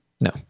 No